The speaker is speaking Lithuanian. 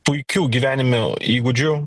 puikių gyvenime įgūdžių